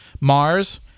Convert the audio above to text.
Mars